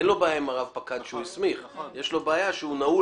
אין לו בעיה עם הרב-פקד שהוא הסמיך אלא יש לו בעיה שהוא נעול